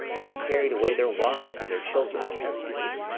and they carried away their wives, and their children captives,